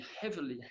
heavily